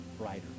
brighter